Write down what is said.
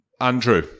Andrew